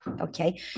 Okay